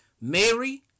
Mary